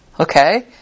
Okay